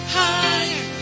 higher